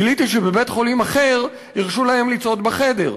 גיליתי שבבית-חולים אחר הרשו להם לצעוד בחדר,